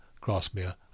Grasmere